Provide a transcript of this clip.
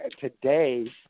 today